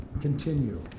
continue